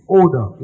order